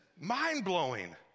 Mind-blowing